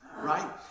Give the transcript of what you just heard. right